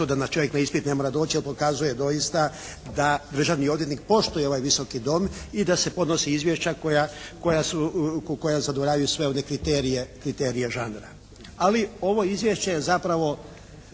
da čovjek ne mora na ispit doći jer pokazuje doista da državni odvjetnik poštuje ovaj Visoki dom i da podnosi izvješća koja zadovoljavaju sve one kriterije žanra. Ali ovo izvješće je zapravo